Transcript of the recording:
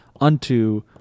unto